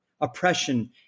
oppression